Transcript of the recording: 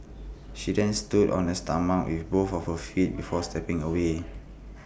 she then stood on his stomach with both of her feet before stepping away